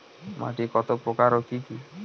মাটি কত প্রকার ও কি কি?